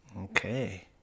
Okay